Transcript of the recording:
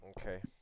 Okay